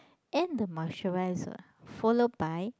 and the moisturiser followed by